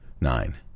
Nine